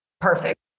Perfect